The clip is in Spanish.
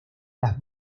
las